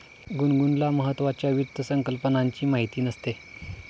गुनगुनला महत्त्वाच्या वित्त संकल्पनांची माहिती नसते